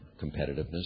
competitiveness